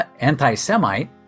anti-Semite